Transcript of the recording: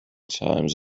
times